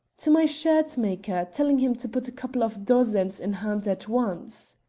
to my shirt-maker, telling him to put a couple of dozens in hand at once.